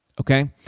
okay